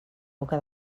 boca